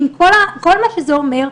עם כל מה שזה אומר.